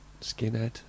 skinhead